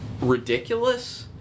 ridiculous